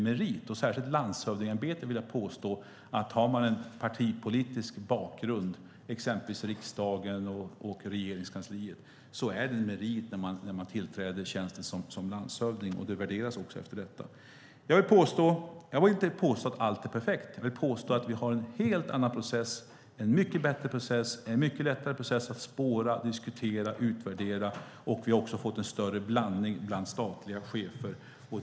Särskilt när det gäller landshövdingeämbetet vill jag påstå att om man har partipolitisk bakgrund, exempelvis från riksdagen eller Regeringskansliet, är det en merit när man tillträder tjänsten som landshövding. Tjänsten värderas också utifrån det. Jag vill inte påstå att allt är perfekt. Jag vill påstå att vi har en helt annan och mycket bättre och lättare process att spåra, diskutera, utvärdera. Vi har även fått en större blandning bland statliga chefer.